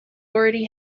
already